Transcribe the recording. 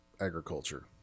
agriculture